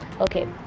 Okay